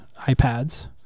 iPads